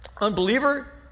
unbeliever